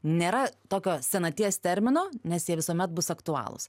nėra tokio senaties termino nes jie visuomet bus aktualūs